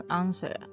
answer